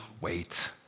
wait